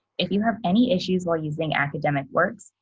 if you have any issues while using academic works,